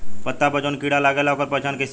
पत्ता पर जौन कीड़ा लागेला ओकर पहचान कैसे होई?